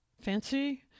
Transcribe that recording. fancy